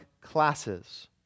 classes